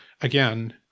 again